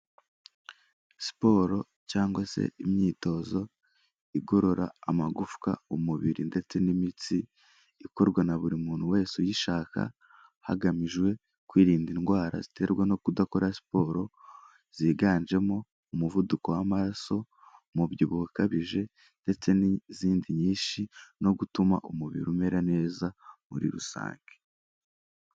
Siporo cyangwa se imyitozo igorora amagufwa, umubiri ndetse n'imitsi, ikorwa na buri muntu wese uyishaka, hagamijwe kwirinda indwara ziterwa no kudakora siporo, ziganjemo umuvuduko w'amaraso, umubyibuho ukabije, ndetse n'izindi nyinshi no gutuma umubiri umera neza muri rusange.